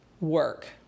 work